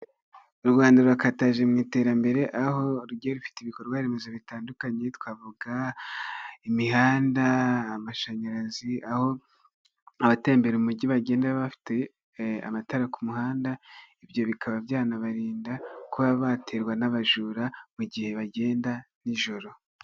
U Rwanda rurakataje mu iterambere, aho rugiye rufite ibikorwaremezo bitandukanye, twavuga imihanda, amashanyarazi, aho abatembera umujyi bagenda bafite amatara ku muhanda, ibyo bikaba byanabarinda kuba baterwa n'abajura mu gihe bagenda nijoro.